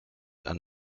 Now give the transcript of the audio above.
and